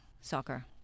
soccer